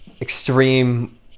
extreme